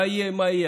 מה יהיה?